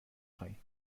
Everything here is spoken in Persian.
خواهیم